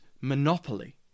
monopoly